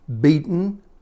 beaten